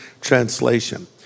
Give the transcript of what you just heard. Translation